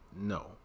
No